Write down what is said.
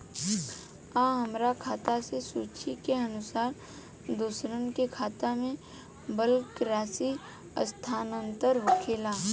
आ हमरा खाता से सूची के अनुसार दूसरन के खाता में बल्क राशि स्थानान्तर होखेला?